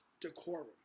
decorum